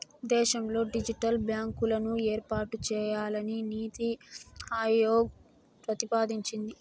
దేశంలో డిజిటల్ బ్యాంకులను ఏర్పాటు చేయాలని నీతి ఆయోగ్ ప్రతిపాదించింది